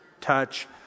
touch